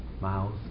Mouth